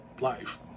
life